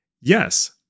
Yes